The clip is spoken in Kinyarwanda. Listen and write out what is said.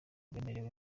bemerewe